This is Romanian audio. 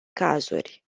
cazuri